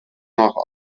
nach